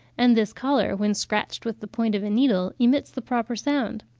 and this collar, when scratched with the point of a needle, emits the proper sound.